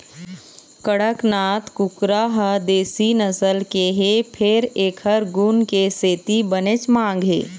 कड़कनाथ कुकरा ह देशी नसल के हे फेर एखर गुन के सेती बनेच मांग हे